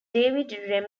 david